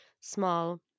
small